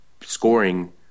scoring